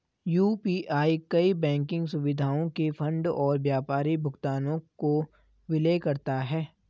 UPI कई banking सुविधाओं के फंड और व्यापारी भुगतानों को विलय करता है